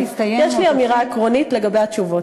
יש לי אמירה עקרונית לגבי התשובות.